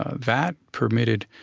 ah that permitted,